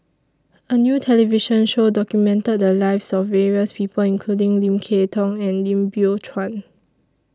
A New television Show documented The Lives of various People including Lim Kay Tong and Lim Biow Chuan